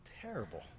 terrible